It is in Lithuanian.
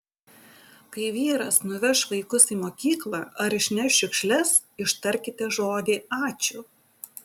kai vyras nuveš vaikus į mokyklą ar išneš šiukšles ištarkite žodį ačiū